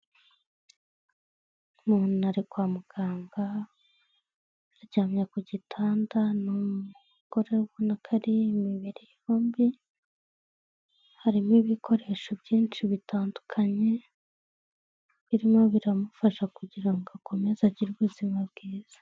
Umuntu ari kwa muganga aryamye ku gitanda ni umugore ubona ko ari imibiri yombi harimo ibikoresho byinshi bitandukanye, birimo biramufasha kugira ngo akomeze agire ubuzima bwiza.